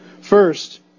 First